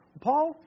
Paul